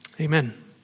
Amen